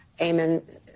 Amen